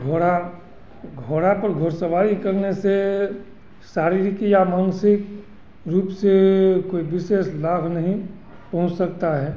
घोड़ा घोड़ा पर घुड़सवारी करने से शारीरिक या मानसिक रूप से कोई विशेष लाभ नहीं हो सकता है